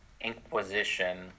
Inquisition